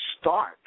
start